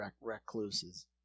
recluses